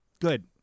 good